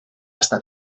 està